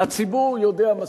הציבור יודע מספיק,